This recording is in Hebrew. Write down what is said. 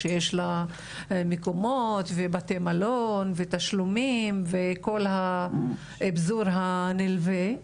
שיש לה מקומות ובתי מלון ותשלומים וכל האבזור הנלווה,